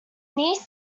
niece